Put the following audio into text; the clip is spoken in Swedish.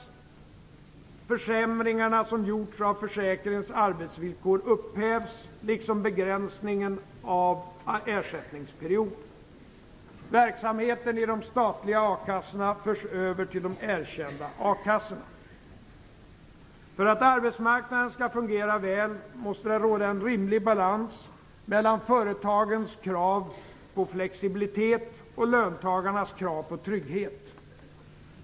Försämringarna som gjorts av försäkringens arbetsvillkor upphävs, liksom begränsningen av ersättningsperiod. Verksamheten i de statliga akassorna förs över till de erkända a-kassorna. För att arbetsmarknaden skall fungera väl måste det råda en rimlig balans mellan företagens krav på flexibilitet och löntagarnas krav på trygghet.